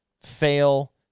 fail